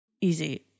easy